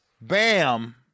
Bam